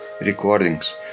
recordings